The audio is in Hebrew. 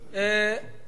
כצל'ה,